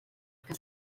que